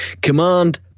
Command